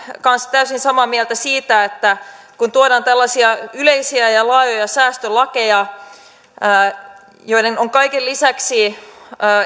kanssa täysin samaa mieltä siitä että kun tuodaan tällaisia yleisiä ja ja laajoja säästölakeja joihin liittyen on kaiken lisäksi